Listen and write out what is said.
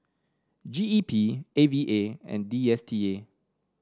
G E P A V A and D S T A